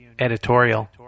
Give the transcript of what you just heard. Editorial